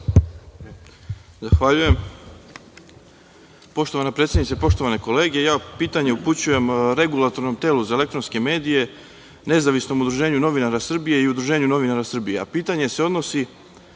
Zahvaljujem. Poštovana predsednice, poštovane kolege, ja pitanje upućujem Regulatornom telu za elektronske medije, Nezavisnom udruženju novinara Srbije i Udruženju novinara Srbije. Pitanje